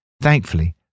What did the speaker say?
Thankfully